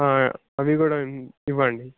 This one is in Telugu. అవి కూడా ఇవ్వండి